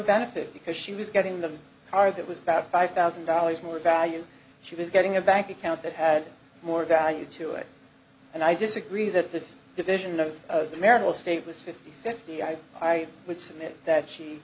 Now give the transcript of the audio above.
benefit because she was getting the car that was about five thousand dollars more value she was getting a bank account that had more value to it and i disagree that the division of marital state was fifty fifty i i would submit that she